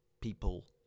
people